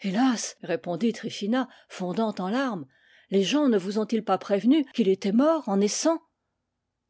hélas répondit tryphina fondant en larmes les gens ne vous ont-ils pas prévenu qu'il était mort en naissant